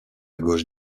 gauche